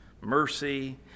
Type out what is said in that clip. mercy